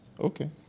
Okay